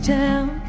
town